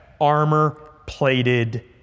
armor-plated